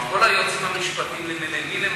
כלומר כל היועצים המשפטיים למיניהם,